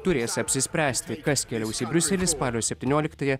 turės apsispręsti kas keliaus į briuselį spalio septynioliktąją